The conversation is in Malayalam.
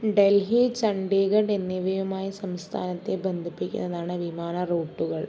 ഡൽഹി ചണ്ഡീഗഢ് എന്നിവയുമായി സംസ്ഥാനത്തെ ബന്ധിപ്പിക്കുന്നതാണ് വിമാന റൂട്ടുകൾ